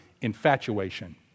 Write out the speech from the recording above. infatuation